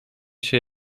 się